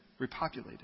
repopulated